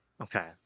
Okay